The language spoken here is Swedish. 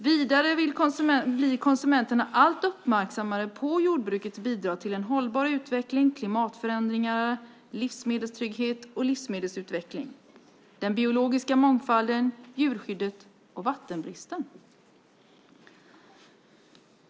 Vidare blir konsumenterna alltmer uppmärksamma på jordbrukets bidrag till en hållbar utveckling, klimatförändringar, livsmedelstrygghet och livsmedelsutveckling, den biologiska mångfalden, djurskyddet och vattenbristen.